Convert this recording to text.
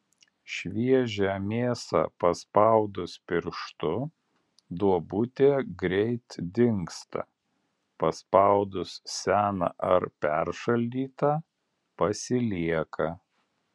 šviežią mėsą paspaudus pirštu duobutė greit dingsta paspaudus seną arba peršaldytą pasilieka